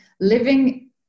living